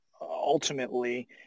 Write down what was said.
ultimately